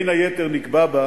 בין היתר נקבע בה